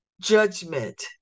judgment